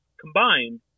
combined